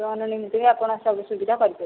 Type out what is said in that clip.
loan ନିମିତ୍ତ୍ୱେ ବି ଆପଣ ସବୁ ସୁବିଧା କରିପାରିବେ